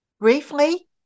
Briefly